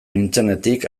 nintzenetik